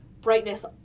brightness